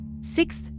Sixth